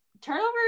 turnover